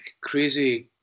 crazy